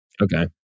Okay